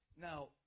Now